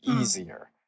easier